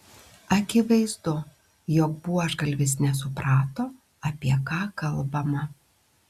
akivaizdu jog buožgalvis nesuprato apie ką kalbama